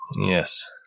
Yes